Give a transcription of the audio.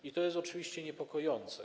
I to jest oczywiście niepokojące.